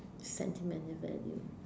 sentimental value